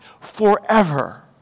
forever